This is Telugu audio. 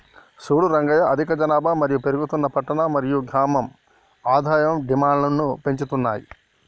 సూడు రంగయ్య అధిక జనాభా మరియు పెరుగుతున్న పట్టణ మరియు గ్రామం ఆదాయం డిమాండ్ను పెంచుతున్నాయి